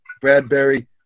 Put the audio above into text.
Bradbury